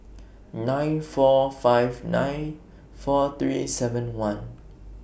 nine four five nine four three seven one